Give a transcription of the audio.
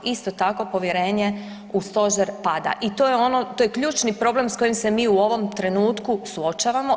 Isto tako povjerenje u stožer pada i to je ključni problem s kojim se mi u ovom trenutku suočavamo.